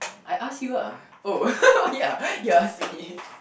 I ask you ah oh ya you asking me